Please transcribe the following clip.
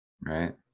right